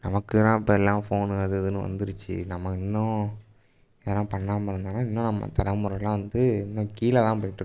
நமக்கு எல்லாம் இப்போ எல்லாம் ஃபோனு அது இதுன்னு வந்துடுச்சி நம்ம இன்னும் இதெல்லாம் பண்ணாமல் இருந்தோம்னால் இன்னும் நம்ம தலைமுறல்லாம் வந்து இன்னும் கீழே தான் போய்கிட்ருப்போம்